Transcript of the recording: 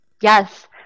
Yes